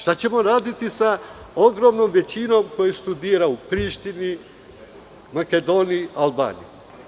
Šta ćemo raditi sa ogromnom većinom koji studiraju u Prištini, Makedoniji, Albaniji?